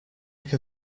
can